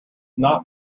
not